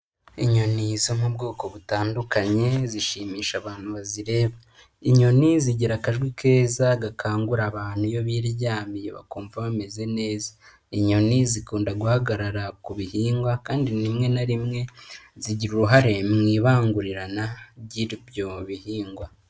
Inyoni zo mu bwoko butandukanye, zishimisha abantu bazireba. Inyoni zigira akajwi keza gakangura abantu iyo biryamiye bakumva bameze neza. Inyoni zikunda guhagarara ku bihingwa, kandi rimwe na rimwe zigira uruhare mu ibangurana ry'ibyo bihingwa.